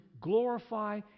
glorify